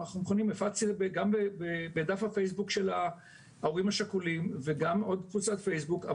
הפצתי את זה גם בדף הפייסבוק של ההורים השכולים וגם בעוד קבוצת פייסבוק.